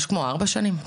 משהו כמו ארבע שנים.